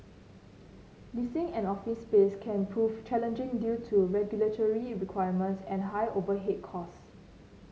leasing an office space can prove challenging due to regulatory requirements and high overhead costs